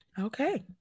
Okay